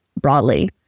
broadly